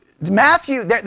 Matthew